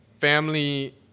family